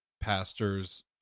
pastors